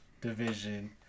division